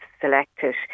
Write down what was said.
selected